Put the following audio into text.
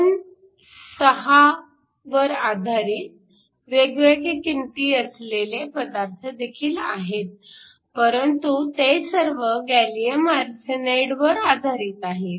2 6 वर आधारित वेगवेगळ्या किंमती असलेले पदार्थ देखील आहेत परंतु ते सर्व गॅलीअम आर्सेनाईडवर आधारित आहेत